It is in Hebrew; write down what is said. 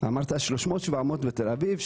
אמרת 370 בתל אביב ,